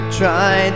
try